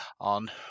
on